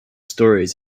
stories